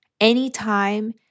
anytime